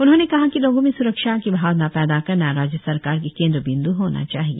उन्होंने कहा कि लोगों में स्रक्षा की भावना पैदा करना राज्य सरकार की केंद्र बिंदू होनी चाहिए